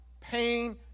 pain